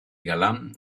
galán